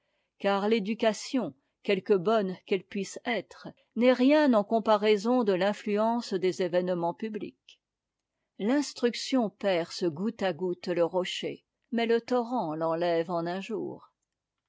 car l'éducation quelque bonne qu'elle puisse être n'est rien en comparaison de l'influence des événements publics l'instruction perce goutte à goutte le rocher mais le torrent l'enlève en un jour